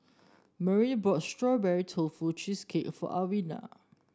Brielle bought Strawberry Tofu Cheesecake for Alwina